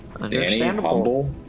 Understandable